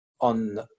on